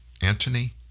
Antony